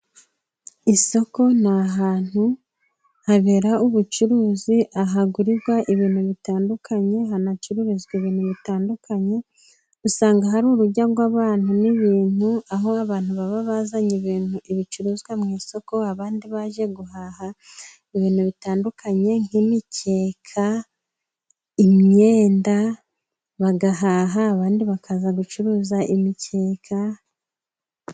Isoko ni ahantu habera ubucuruzi, ahagurirwa ibintu bitandukanye, hanacururizwa ibintu bitandukanye, usanga hari urujya rw'abantu n'ibintu, aho abantu baba bazanye ibintu bicuruzwa mu isoko, abandi baje guhaha ibintu bitandukanye nk'imikeka, imyenda, bagahaha, abandi bakaza gucuruza imikeka.